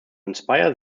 inspire